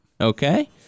Okay